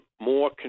more